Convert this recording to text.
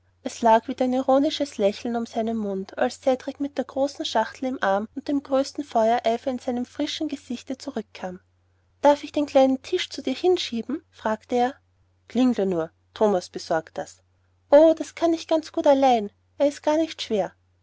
es lag wieder ein ironisches lächeln um seinen mund als cedrik mit der schachtel im arm und dem größten feuereifer in seinem frischen gesichte zurückkam darf ich den kleinen tisch zu dir hinschieben fragte er klingle nur thomas besorgt das o das kann ich ganz gut allein er ist gar nicht schwer